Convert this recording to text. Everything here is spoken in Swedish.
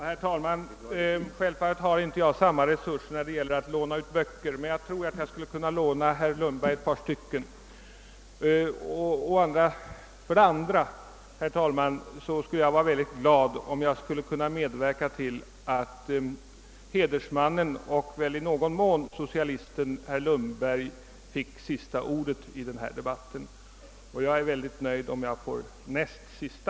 Herr talman! Jag har självfallet inte samma resurser när det gäller att låna ut böcker som herr Lundberg, men jag tror ändå att jag skulle kunna låna honom ett par stycken t.ex. om smygsocialisering. Jag skulle vara mycket glad om jag kunde medverka till att hedersmannen och väl i någon mån socialisten herr Lundberg fick sista ordet i denna debatt. Jag är nöjd om jag får det näst sista.